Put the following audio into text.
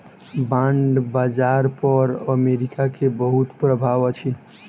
bond बाजार पर America के बहुत प्रभाव अछि